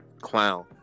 clown